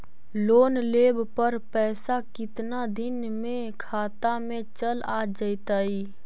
Loan लेब पर पैसा कितना दिन में खाता में चल आ जैताई?